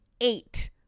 Eight